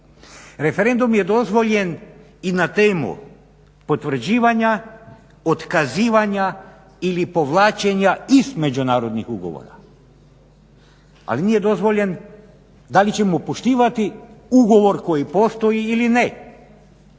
Referendum je dozvoljen i na temu potvrđivanja, otkazivanja ili povlačenja iz međunarodnih ugovora, ali nije dozvoljen da li ćemo poštivati ugovor koji postoji ili ne,